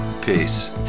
peace